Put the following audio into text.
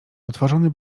otworzony